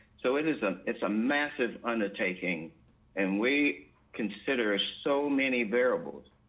so it is a it's a massive undertaking and we consider so many variables.